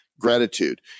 gratitude